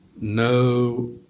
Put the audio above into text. No